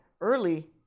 early